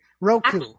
roku